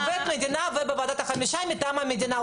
הוא עובד מדינה והוא בוועדת החמישה מטעם המדינה.